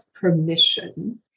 permission